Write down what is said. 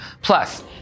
Plus